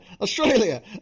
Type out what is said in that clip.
Australia